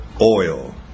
oil